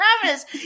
promise